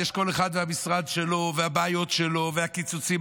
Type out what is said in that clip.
כל אחד והמשרד שלו והבעיות שלו והקיצוצים